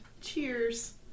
Cheers